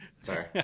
sorry